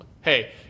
hey